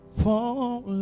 fall